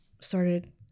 started